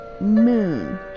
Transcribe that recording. moon